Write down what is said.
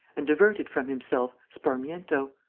and divert it from himself, sparmiento.